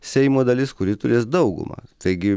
seimo dalis kuri turės daugumą taigi